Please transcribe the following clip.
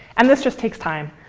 and this just takes time.